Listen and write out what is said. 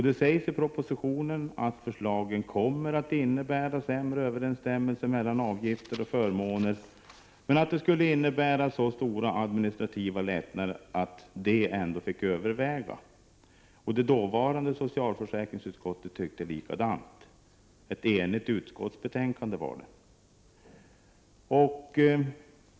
Det sades i den propositionen att förslagen skulle komma att innebära sämre överensstämmelse mellan avgifter och förmåner, men att det skulle innebära så stora administrativa lättnader att det förhållandet ändå fick överväga. Det dåvarande socialförsäkringsutskottet tyckte likadant — det var ett enhälligt utskottsbetänkande.